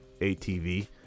ATV